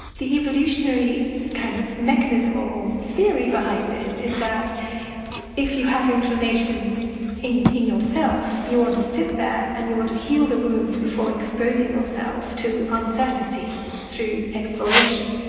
the evolutionary kind of mechanism or theory behind this is that if you have inflammation in in yourself, you want to sit there and you want to heal the wound before exposing yourself to uncertainty through exploration,